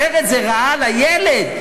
אחרת זה רעה לילד,